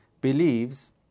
believes